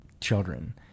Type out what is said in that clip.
children